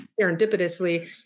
serendipitously